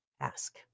ask